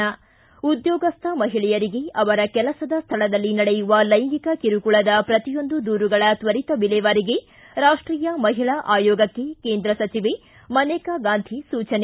ಿ ಉದ್ಯೋಗಸ್ವ ಮಹಿಳೆಯರಿಗೆ ಅವರ ಕೆಲಸದ ಸ್ವಳದಲ್ಲಿ ನಡೆಯುವ ಲೈಂಗಿಕ ಕಿರುಕುಳದ ಪ್ರತಿಯೊಂದು ದೂರುಗಳ ತ್ವರಿತ ವಿಲೇವಾರಿಗೆ ರಾಷ್ವೀಯ ಮಹಿಳಾ ಆಯೋಗಕ್ಕೆ ಕೇಂದ್ರ ಸಚಿವೆ ಮನೇಕಾ ಗಾಂಧಿ ಸೂಚನೆ